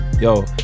Yo